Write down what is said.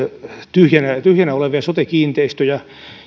tyhjänä olevia sote kiinteistöjä